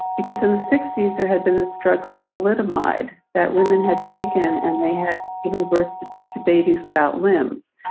because in the sixty s there had been this drug called thalidomide that women had taken and they had given birth to two babies without limbs.